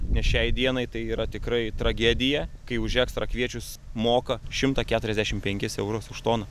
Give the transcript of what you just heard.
nes šiai dienai tai yra tikrai tragedija kai už ekstra kviečius moka šimtą keturiasdešimt penkis eurus už toną